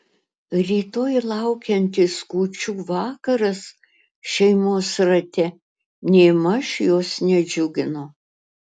rytoj laukiantis kūčių vakaras šeimos rate nėmaž jos nedžiugino